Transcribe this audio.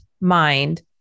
mind